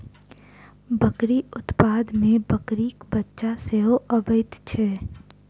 बकरी उत्पाद मे बकरीक बच्चा सेहो अबैत छै